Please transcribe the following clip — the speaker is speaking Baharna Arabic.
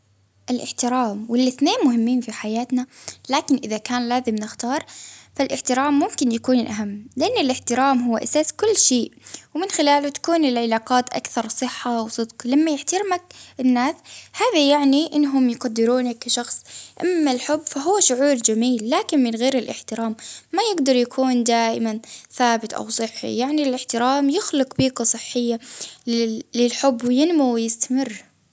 الإحترام والإتنين مهمين في حياتنا، لكن إذا كان لازم نختار فالإحترام ممكن يكون الأهم، لإن الإحترام هو أساس كل شيء، ومن خلاله تكون العلاقات أكثر صحة وصدق، ولما يحترمك الناس، هذا يعني أنهم يقدرونك كشخص، أما الحب فهو شعور جميل، لكن من غير الإحترام ما يقدر يكون دائما ثابت أو صحي، يعني الإحترام يخلق بيئة صحية لل- للحب عشان ينمو ويستمر.